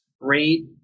great